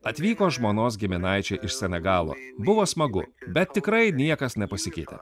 atvyko žmonos giminaičiai iš senegalo buvo smagu bet tikrai niekas nepasikeitė